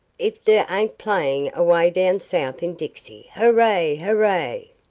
ef der ain't playin' away down south in dixie hooray! hooray!